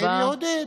עיר יהודית.